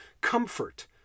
comfort